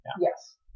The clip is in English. Yes